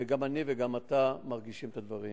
וגם אני וגם אתה מרגישים את הדברים.